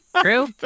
True